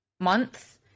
month